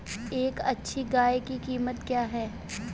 एक अच्छी गाय की कीमत क्या है?